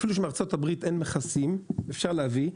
אפילו שבארה"ב אין מכסים ואפשר להביא,